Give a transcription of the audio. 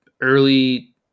early